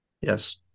Yes